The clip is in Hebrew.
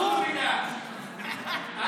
דודי, אני, רק שנייה.